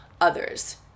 others